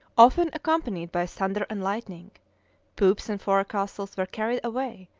often accompanied by thunder and lightning poops and forecastles were carried away,